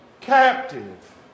captive